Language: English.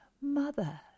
mother